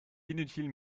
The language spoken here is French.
inutile